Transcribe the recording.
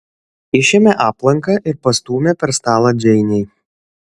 išėmė aplanką ir pastūmė per stalą džeinei